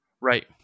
Right